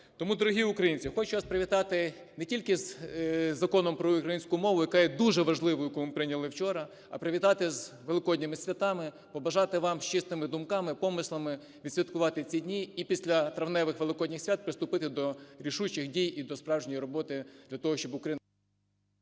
Тому, дорогі українці, хочу вас привітати не тільки з Законом про українську мову, який є дуже важливим, який ми прийняли вчора, а привітати з Великодніми святами, побажати вам з чистими думками, помислами відсвяткувати ці дні і після травневих і Великодніх свят приступити до рішучих дій і до справжньої роботи для того, щоб Україна…